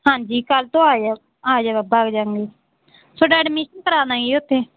ਹਾਂਜੀ ਕੱਲ੍ਹ ਤੋਂ ਆ ਜਾਇਓ ਆ ਜਾਇਓ ਆਪਾਂ ਵਗ ਜਾਂਗੇ ਤੁਹਾਡਾ ਅਡਮੀਸ਼ਨ ਕਰਾਉਣਾ ਜੀ ਉੱਥੇ